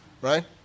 right